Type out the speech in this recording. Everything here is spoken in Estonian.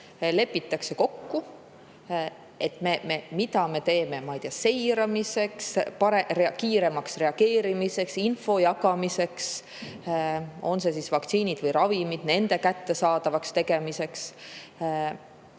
lepitakse kokku, mida me teeme, ma ei tea, seiramiseks, kiiremaks reageerimiseks, info jagamiseks, olgu vaktsiinide või ravimite kohta, nende kättesaadavaks tegemiseks.